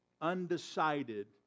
undecided